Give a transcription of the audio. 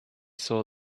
saw